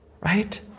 right